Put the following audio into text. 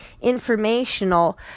informational